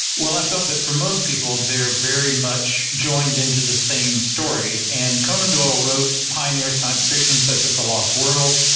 well, i felt that for most people, they're very much joined into the same story and conan doyle wrote pioneer science fiction such as the lost world.